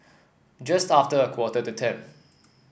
just after a quarter to ten